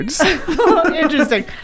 Interesting